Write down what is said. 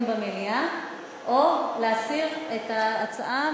במליאה או להסיר מסדר-היום את ההצעות,